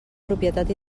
propietat